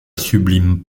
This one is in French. sublime